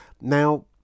Now